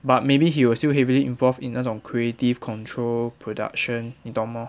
but maybe he will still heavily involved in 那种 creative control production 你懂吗